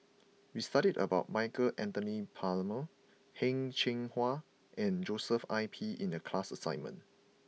we studied about Michael Anthony Palmer Heng Cheng Hwa and Joshua Ip in the class assignment